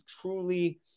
truly